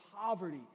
poverty